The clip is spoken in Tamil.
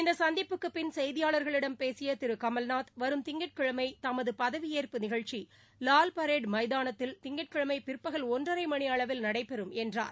இந்தசந்திப்புக்குபின் செய்தியார்களிடம் பேசியதிருகமல்நாத் வரும் திங்கட்கிழமைதமதுபதவிஏற்ப்பு நிகழ்ச்சிலால் பரேடுமைதானத்தில் திங்கட்கிழமைபிற்பகல் ஒன்றரைமணிஅளவில் நடைபெறும் என்றார்